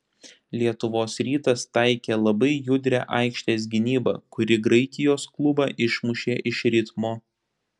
lietuvos rytas taikė labai judrią aikštės gynybą kuri graikijos klubą išmušė iš ritmo